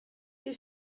you